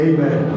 Amen